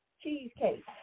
cheesecake